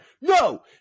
no